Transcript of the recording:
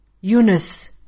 Eunice